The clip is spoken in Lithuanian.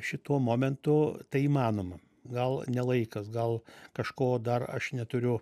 šituo momentu tai įmanoma gal ne laikas gal kažko dar aš neturiu